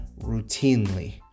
routinely